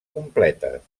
completes